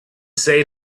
say